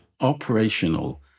operational